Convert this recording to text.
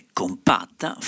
compatta